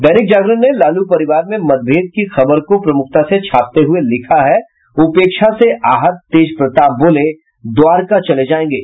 दैनिक जागरण ने लालू परिवार में मतभेद की खबर को प्रमुखता से छापते हुये लिखा है उपेक्षा से आहत तेजप्रताप बोले द्वारका चले जायेंगे